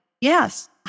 yes